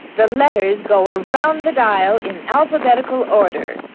the letters go around the dial in alphabetical order,